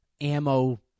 ammo